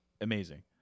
Amazing